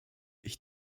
ich